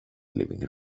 living